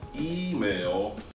email